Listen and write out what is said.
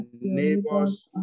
neighbors